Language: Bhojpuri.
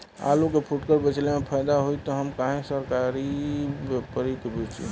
आलू के फूटकर बेंचले मे फैदा होई त हम काहे सरकारी व्यपरी के बेंचि?